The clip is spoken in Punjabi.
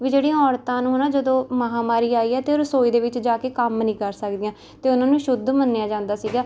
ਵੀ ਜਿਹੜੀਆਂ ਔਰਤਾਂ ਨੂੰ ਹੈ ਨਾ ਜਦੋਂ ਮਹਾਂਵਾਰੀ ਆਈ ਹੈ ਤਾਂ ਉਹ ਰਸੋਈ ਦੇ ਵਿੱਚ ਜਾ ਕੇ ਕੰਮ ਨਹੀਂ ਕਰ ਸਕਦੀਆਂ ਅਤੇ ਉਹਨਾਂ ਨੂੰ ਅਸ਼ੁੱਧ ਮੰਨਿਆ ਜਾਂਦਾ ਸੀਗਾ